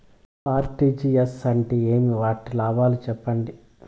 RTGS అంటే ఏమి? వాటి లాభాలు సెప్పండి?